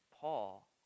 Paul